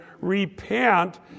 Repent